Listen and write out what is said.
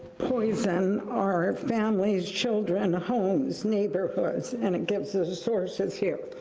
poison our families, children, homes, neighborhoods, and it gives ah the sources here.